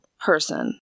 person